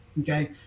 okay